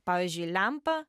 pavyzdžiui lempa